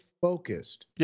focused